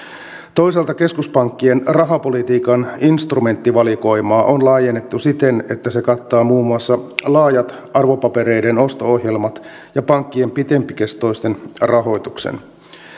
toisaalta keskuspankkien rahapolitiikan instrumenttivalikoimaa on laajennettu siten että se kattaa muun muassa laajat arvopapereiden osto ohjelmat ja pankkien pitempikestoisen rahoituksen